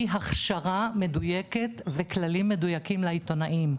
היא הכשרה מדויקת וכללים מדויקים לעיתונאים.